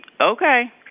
Okay